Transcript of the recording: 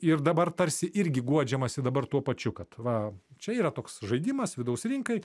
ir dabar tarsi irgi guodžiamasi dabar tuo pačiu kad va čia yra toks žaidimas vidaus rinkai